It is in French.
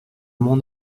mon